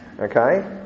Okay